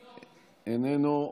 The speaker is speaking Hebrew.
איננו,